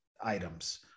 items